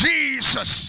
Jesus